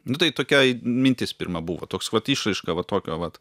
nu tai tokia mintis pirma buvo toks vat išraiška va tokio vat